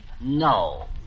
No